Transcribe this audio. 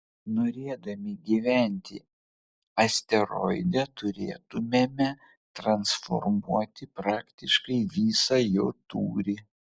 norėdami gyventi asteroide turėtumėme transformuoti praktiškai visą jo tūrį